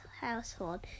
Household